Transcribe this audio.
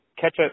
ketchup